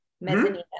mezzanine